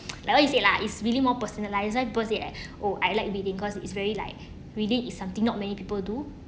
like what you say lah it's really more personalised that's why people said that oh I like reading cause it's very like really is something not many people do